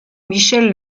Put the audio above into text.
michel